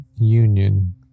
union